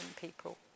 people